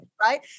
right